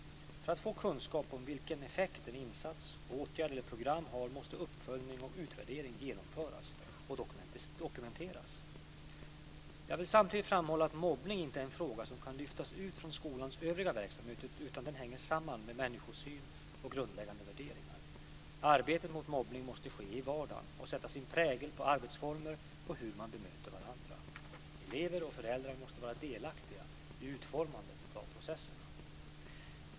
För att få kunskap om vilken effekt en insats, en åtgärd eller ett program har måste uppföljning och utvärdering genomföras och dokumenteras. Jag vill samtidigt framhålla att mobbning inte är en fråga som kan lyftas ut från skolans övriga verksamhet utan den hänger samman med människosyn och grundläggande värderingar. Arbetet mot mobbning måste ske i vardagen och sätta sin prägel på arbetsformer och hur man bemöter varandra. Elever och föräldrar måste vara delaktiga i utformandet av processerna.